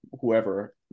whoever